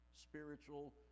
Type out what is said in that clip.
spiritual